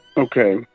Okay